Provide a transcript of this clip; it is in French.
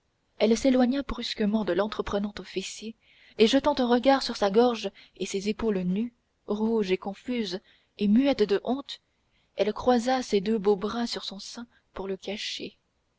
elle s'éloigna brusquement de l'entreprenant officier et jetant un regard sur sa gorge et ses épaulés nues rouge et confuse et muette de honte elle croisa ses deux beaux bras sur son sein pour le cacher